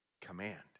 command